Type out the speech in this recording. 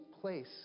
place